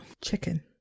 chicken